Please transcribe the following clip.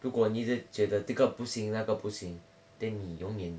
如果你一直觉得这个不行那个不行 then 你永远